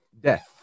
Death